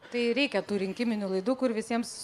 tai reikia tų rinkiminių laidų kur visiems